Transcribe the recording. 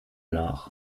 nach